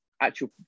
actual